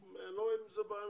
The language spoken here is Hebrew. אני לא רואה עם זה בעיה.